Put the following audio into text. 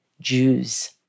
Jews